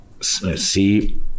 see